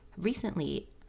recently